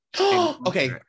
Okay